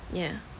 yeah